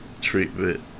treatment